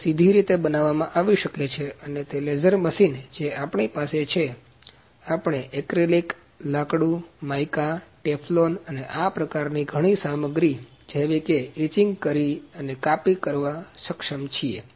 તેથી તે સીધી રીતે બનાવવામાં આવી શકે છે અને તે લેઝર મશીન જે આપણી પાસે છે આપણે એક્રીલીક લાકડું માઇકા ટેફલોન અને આ પ્રકારની ઘણી સામગ્રી જેવી કે ઇચિંગ કરી અને કાપી શકવા સક્ષમ છીએ